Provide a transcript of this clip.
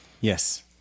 Yes